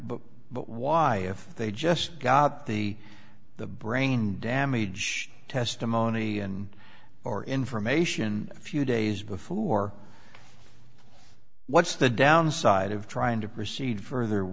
but why if they just got the the brain damage testimony and or information a few days before what's the downside of trying to proceed further